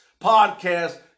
podcast